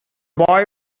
boy